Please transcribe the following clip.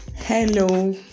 Hello